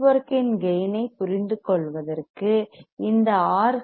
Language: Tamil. நெட்வொர்க்கின் கேயின் ஐப் புரிந்துகொள்வதற்கு இந்த ஆர்